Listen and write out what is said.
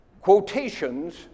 quotations